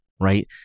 right